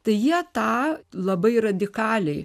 tai jie tą labai radikaliai